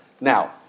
Now